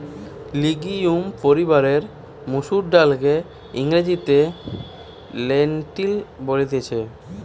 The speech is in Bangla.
লিগিউম পরিবারের মসুর ডালকে ইংরেজিতে লেন্টিল বলতিছে